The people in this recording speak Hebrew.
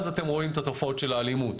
אז אתם רואים את התופעות של האלימות,